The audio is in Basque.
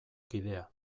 kidea